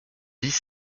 dix